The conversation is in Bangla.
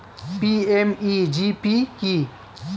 পি.এম.ই.জি.পি কি?